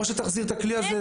או שיחזיר את הכלי הזה.